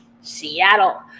Seattle